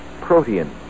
Protein